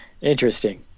interesting